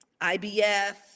IBF